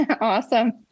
Awesome